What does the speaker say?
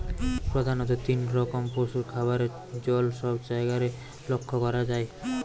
প্রধাণত তিন রকম পশুর খাবারের চল সব জায়গারে লক্ষ করা যায়